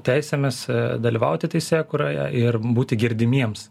teisėmis dalyvauti teisėkūroje ir būti girdimiems